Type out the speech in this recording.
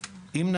פה